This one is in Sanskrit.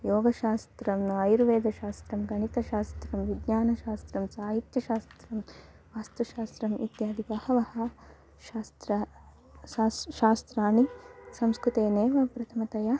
योगशास्त्रम् आयुर्वेदशास्त्रं गणितशास्त्रं विज्ञानशास्त्रं साहित्यशास्त्रं वास्तुशास्त्रम् इत्यादीनि बहूनि शास्त्राणि सा शास्त्राणि संस्कृतेनैव प्रथमतया